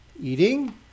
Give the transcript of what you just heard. Eating